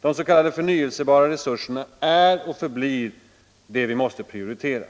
De s.k. förnyelsebara resurserna är och förblir det vi måste prioritera.